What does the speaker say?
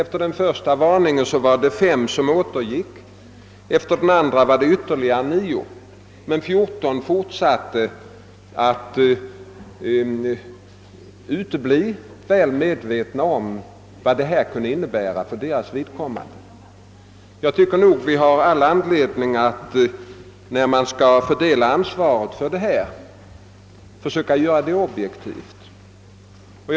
Efter den första varningen återgick 5 till arbetet. Efter den andra varningen återgick ytterligare 9, men 14 fortsatte att utebli, väl medvetna om vad detta kunde innebära för deras vidkommande. Jag tycker vi har anledning att försöka vara objektiva när vi skall fördela ansvaret härvidlag.